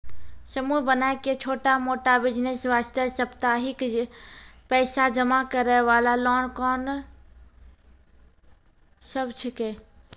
समूह बनाय के छोटा मोटा बिज़नेस वास्ते साप्ताहिक पैसा जमा करे वाला लोन कोंन सब छीके?